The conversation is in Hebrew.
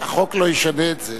אז, החוק לא ישנה את זה.